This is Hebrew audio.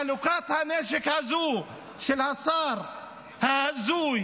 חלוקת הנשק הזאת של השר ההזוי